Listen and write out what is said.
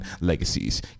legacies